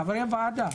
חברי הוועדה.